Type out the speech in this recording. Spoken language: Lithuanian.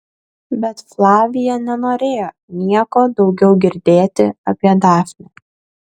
bet flavija nenorėjo nieko daugiau girdėti apie dafnę